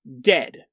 Dead